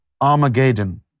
Armageddon